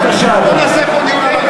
בבקשה, אדוני.